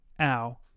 ow